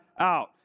out